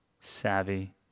savvy